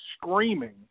screaming